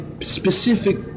specific